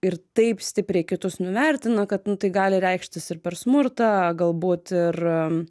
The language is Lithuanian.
ir taip stipriai kitus nuvertina kad nu tai gali reikštis ir per smurtą galbūt ir